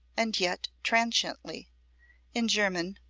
and yet transiently in german,